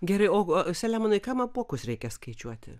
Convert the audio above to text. gerai o selemonai kam apuokus reikia skaičiuoti